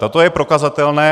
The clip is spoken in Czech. A to je prokazatelné.